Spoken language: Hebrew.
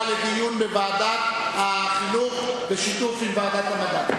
לדיון בוועדת החינוך בשיתוף עם ועדת המדע.